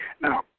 Now